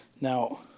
Now